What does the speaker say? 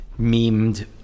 memed